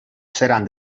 seran